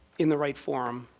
in the right forum,